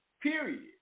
Period